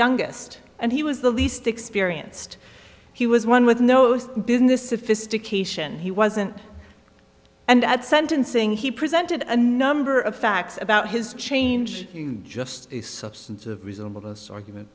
youngest and he was the least experienced he was one with nose business sophistication he wasn't and at sentencing he presented a number of facts about his change in just the substance of reasonableness argument